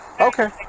Okay